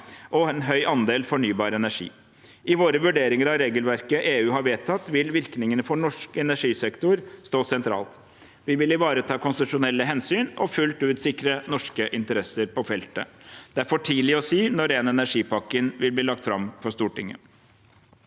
og en høy andel av, fornybar energi. I våre vurderinger av regelverket EU har vedtatt, vil virkningene for norsk energisektor stå sentralt. Vi må ivareta konstitusjonelle hensyn og fullt ut sikre norske interesser på feltet. Det er for tidlig å si når ren energi-pakken vil bli lagt fram for Stortinget.